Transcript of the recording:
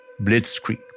blitzkrieg